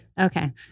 Okay